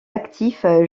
actif